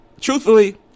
truthfully